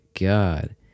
God